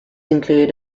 include